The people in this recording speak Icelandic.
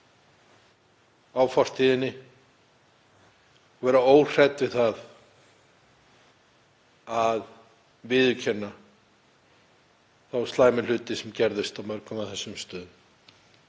á fortíðinni og óhrædd við að viðurkenna slæma hluti sem gerðust á mörgum af þessum stöðum.